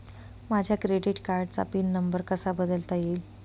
माझ्या क्रेडिट कार्डचा pin number कसा बदलता येईल?